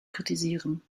kritisieren